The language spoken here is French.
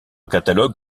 catalogue